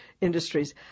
industries